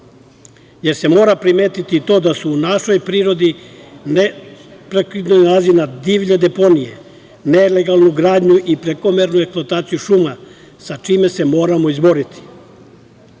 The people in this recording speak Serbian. jer se mora primetiti to da se u našoj prirodi neprekidno nailazi na divlje deponije, nelegalnu gradnju i prekomernu eksploataciju šuma, sa čime se moramo izboriti. Kako